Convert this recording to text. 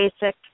basic